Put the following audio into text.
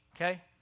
okay